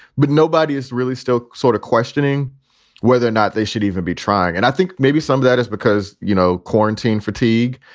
but nobody is really still sort of questioning whether or not they should even be trying. and i think maybe some of that is because, you know, quarantine fatigue,